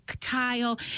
tile